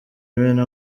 imena